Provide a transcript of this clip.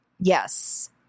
Yes